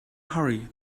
hurry